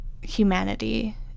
humanity